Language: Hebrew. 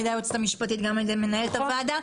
ידי היועצת המשפטית וגם על ידי מנהלת הוועדה.